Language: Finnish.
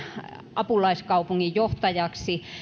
apulaiskaupunginjohtajaksi